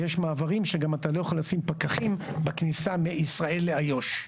ויש מעברים שגם אתה לא יכול לשים פקחים בכניסה מישראל לאיו"ש,